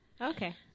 Okay